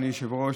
אדוני היושב-ראש,